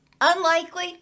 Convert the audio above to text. unlikely